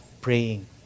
praying